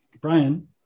Brian